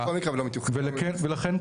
אבל זה בכל מקרה אבל לא --- ולכן כן